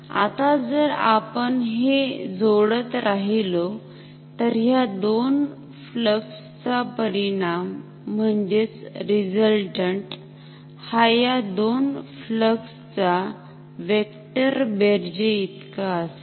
आता जर आपण हे जोडत राहिलो तर ह्या दोन फ्लक्स चा परिणामरिझल्टन्ट हा ह्या दोन फ्लक्स चा व्हेक्टर बेरजेइतकच असेल